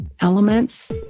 elements